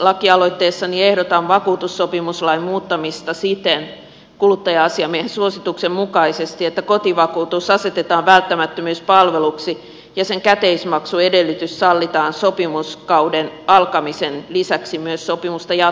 lakialoitteessani ehdotan vakuutussopimuslain muuttamista siten kuluttaja asiamiehen suosituksen mukaisesti että kotivakuutus asetetaan välttämättömyyspalveluksi ja sen käteismaksuedellytys sallitaan sopimuskauden alkamisen lisäksi myös sopimusta jatkettaessa